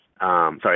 Sorry